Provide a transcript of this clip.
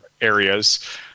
areas